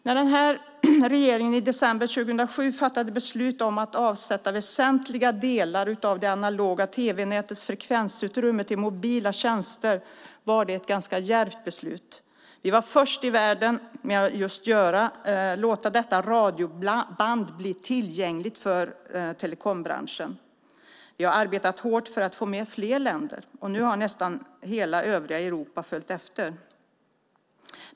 När den här regeringen i december 2007 fattade beslut om att avsätta väsentliga delar av det analoga tv-nätets frekvensutrymme till mobila tjänster var det ett ganska djärvt beslut. Vi var först i världen med att låta detta radioband bli tillgängligt för telekombranschen. Vi har arbetat hårt för att få med fler länder, och nu har nästan hela övriga Europa följt efter.